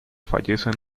fallece